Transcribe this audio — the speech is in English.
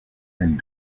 and